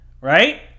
right